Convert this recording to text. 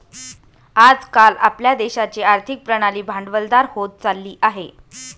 आज काल आपल्या देशाची आर्थिक प्रणाली भांडवलदार होत चालली आहे